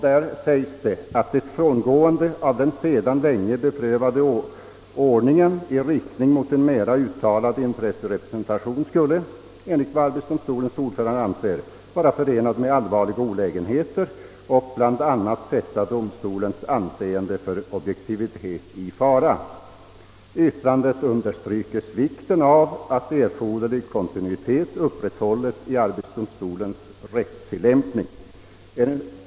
Där säges: »Ett frångående av den sedan länge beprövade ordningen i riktning mot en mera uttalad intresserepresentation skulle, enligt vad arbetsdomstolens ordförande anser, vara förenad med allvarliga olägenheter och bl.a. sätta domstolens änseende för objektivitet i fara.» I yttrandet understrykes vikten av att erforderlig kontinuitet upprätthålles i arbetsdomstolens rättstillämpning.